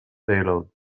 payload